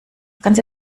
ganze